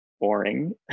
boring